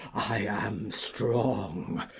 i am strong,